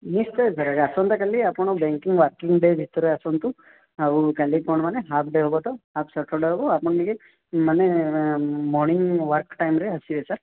ନିଶ୍ଚୟ ସାର୍ ଆସନ୍ତାକାଲି ଆପଣ ବ୍ୟାଙ୍କିଂ ୱାର୍କିଂ ଡେ ଭିତରେ ଆସନ୍ତୁ ଆଉ କାଲି କ'ଣ ମାନେ ହାପ୍ ଡେ ହେବ ତ ହାପ୍ ସଟର୍ଡେ ହେବ ଆପଣ ଟିକେ ମାନେ ମର୍ଣ୍ଣିଂ ୱାକ୍ ଟାଇମ୍ରେ ଆସିବେ ସାର୍